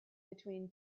between